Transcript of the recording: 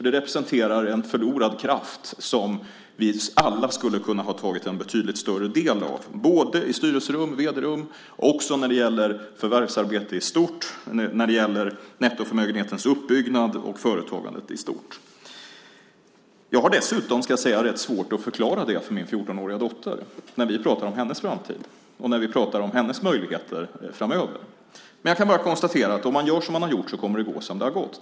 Det representerar en förlorad kraft, som alla skulle ha kunnat ta en betydligt större del av både i styrelserum och i vd-rum och när det gäller förvärvsarbete i stort, nettoförmögenhetens uppbyggnad och företagandet i stort. Jag har dessutom rätt svårt att förklara det för min 14-åriga dotter när vi pratar om hennes framtid och hennes möjligheter framöver. Jag kan bara konstatera att om man gör som man har gjort kommer det att gå som det har gått.